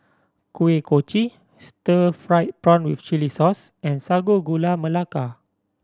Kuih Kochi stir fried prawn with chili sauce and Sago Gula Melaka